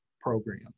program